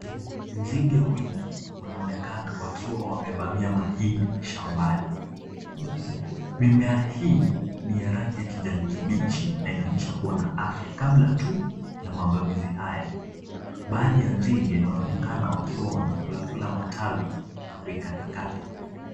Nzige wengi wanaonekana wakiwa wamevamia mahindi shambani. Mimea hii ni ya ranginya kijani kibichi na inaonyesha kuwa na afya kabla tu ya mavamizi haya. Baadhi ya nzige wanaonekana kuwa wanakulakula matawi na kuikatakata.